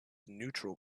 neutral